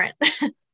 different